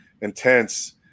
intense